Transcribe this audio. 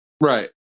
Right